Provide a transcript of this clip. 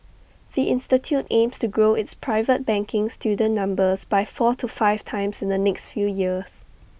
the institute aims to grow its private banking student numbers by four to five times in the next few years